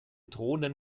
drohenden